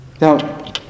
Now